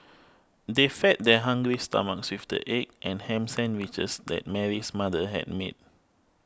they fed their hungry stomachs with the egg and ham sandwiches that Mary's mother had made